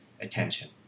attention